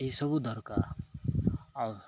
ଏଇସବୁ ଦରକାର ଆଉ